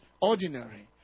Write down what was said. ordinary